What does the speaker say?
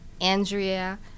Andrea